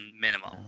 minimum